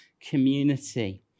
community